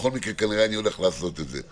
בכל מקרה כנראה אני הולך לעשות את זה.